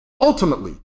ultimately